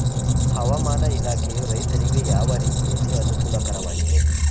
ಹವಾಮಾನ ಇಲಾಖೆಯು ರೈತರಿಗೆ ಯಾವ ರೀತಿಯಲ್ಲಿ ಅನುಕೂಲಕರವಾಗಿದೆ?